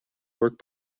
work